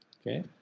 okay